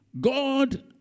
God